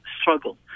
struggle